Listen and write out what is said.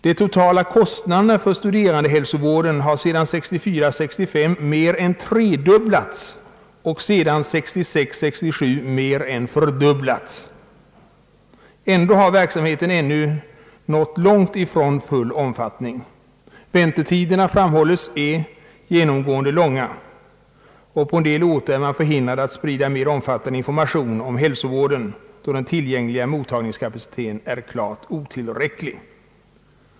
De totala kostnaderna för de studerandes hälsooch sjukvård har sedan 1964 67 mer än fördubblats. Ändå har verksamheten hittills nått långt ifrån full omfattning. Väntetiderna är genomgående långa, och på en del orter är man förhindrad att sprida en omfattande information om hälsovården, då tillgänglig mottagningskapacitet är klart otillräcklig.